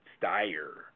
Steyer